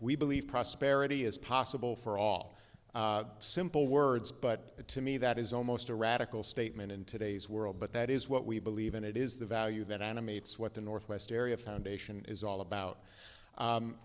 we believe prosperity is possible for all simple words but to me that is almost a radical statement in today's world but that is what we believe in it is the value that animates what the northwest area foundation is all about